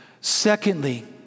Secondly